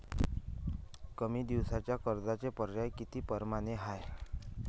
कमी दिसाच्या कर्जाचे पर्याय किती परमाने हाय?